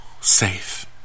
Safe